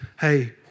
Hey